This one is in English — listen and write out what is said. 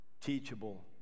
teachable